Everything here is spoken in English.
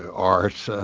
art,